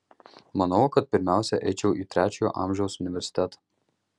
manau kad pirmiausia eičiau į trečiojo amžiaus universitetą